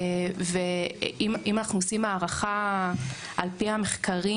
אם אנחנו עושים הערכה על פי המחקרים,